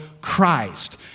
Christ